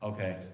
Okay